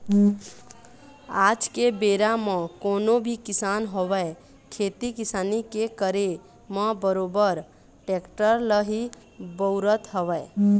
आज के बेरा म कोनो भी किसान होवय खेती किसानी के करे म बरोबर टेक्टर ल ही बउरत हवय